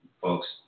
folks